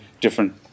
different